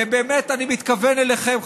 ובאמת אני מתכוון אליכם,